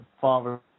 father